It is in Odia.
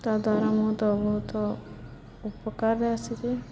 ତାଦ୍ଵାରା ମୁଁ ତ ବହୁତ ଉପକାରରେ ଆସିଛି